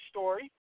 Story